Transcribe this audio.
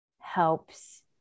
helps